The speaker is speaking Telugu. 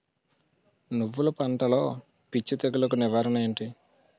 నువ్వులు పంటలో పిచ్చి తెగులకి నివారణ ఏంటి?